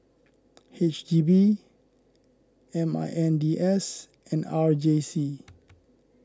H D B M I N D S and R J C